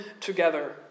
together